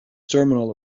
terminal